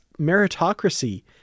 meritocracy